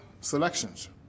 selections